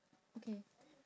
okay